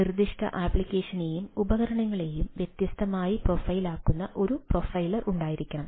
നിർദ്ദിഷ്ട അപ്ലിക്കേഷനെയും ഉപകരണങ്ങളെയും വ്യത്യസ്തമായി പ്രൊഫൈലാക്കുന്ന ഒരു പ്രൊഫൈലർ ഉണ്ടായിരിക്കണം